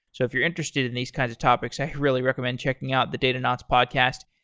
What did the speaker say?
so if you're interested in these kinds of topics, i'd really recommend checking out the datanauts podcast.